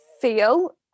feel